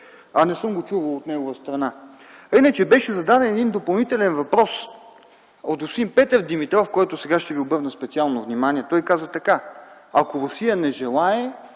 Не съм го чувал от негова страна. Иначе беше зададен един допълнителен въпрос от господин Петър Димитров, който сега ще Ви обърне специално внимание. Той каза така: „Ако Русия не желае